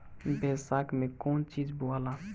बैसाख मे कौन चीज बोवाला?